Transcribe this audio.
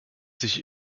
sich